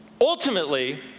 Ultimately